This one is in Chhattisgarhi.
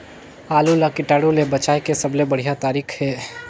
आलू ला कीटाणु ले बचाय के सबले बढ़िया तारीक हे?